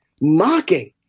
mocking